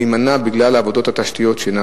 נמצאות עד עצם היום הזה בבעלות פרטית של תושבי תרשיחא.